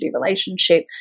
relationship